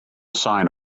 sign